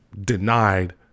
denied